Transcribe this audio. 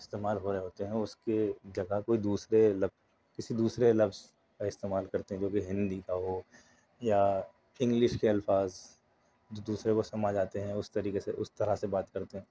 استعمال ہو رہے ہوتے ہیں اُس کے جگہ کوئی دوسرے لفظ کسی دوسرے لفظ کا استعمال کرتے ہیں جو کہ ہندی کا ہو یا اِنگلش کے الفاظ جو دوسرے کو سما جاتے ہیں اُس طریقے سے اُس طرح سے بات کرتے